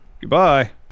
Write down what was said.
Goodbye